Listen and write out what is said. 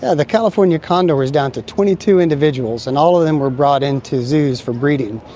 ah the california condor was down to twenty two individuals, and all of them were brought into zoos for breeding,